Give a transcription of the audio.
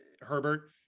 Herbert